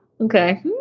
Okay